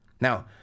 Now